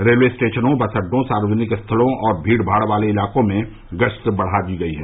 railway स्टेशनों bus अड्डों सार्वजनिक स्थलों और भीड़भाड़ वाले इलाकों में गश्त बढ़ा दी है